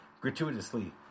gratuitously